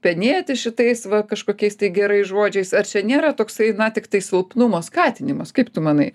penėti šitais va kažkokiais tai gerais žodžiais ar čia nėra toksai na tiktai silpnumo skatinimas kaip tu manai